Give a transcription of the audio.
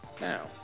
Now